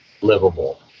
livable